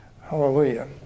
Hallelujah